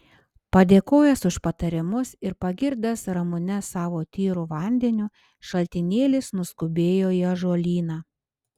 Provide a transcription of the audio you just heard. padėkojęs už patarimus ir pagirdęs ramunes savo tyru vandeniu šaltinėlis nuskubėjo į ąžuolyną